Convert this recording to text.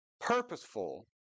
purposeful